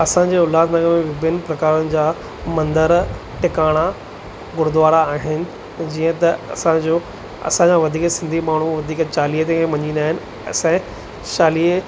असांजे उल्हासनगर में विभिन प्रकारनि जा मंदर टिकाणा गुरुद्वारा आहिनि जीअं त असांजो असांजा वधीक सिंधी माण्हू वधीक चालीह ते मञींदा आहिनि असांजे चालीह